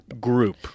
group